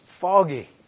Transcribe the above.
foggy